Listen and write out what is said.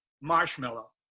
marshmallow